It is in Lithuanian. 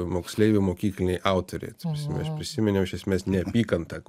moksleivių mokykliniai autoriai ta prasme aš prisiminiau iš esmės neapykantą